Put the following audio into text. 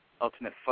ultimate